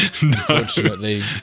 Unfortunately